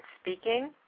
speaking